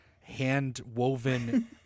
hand-woven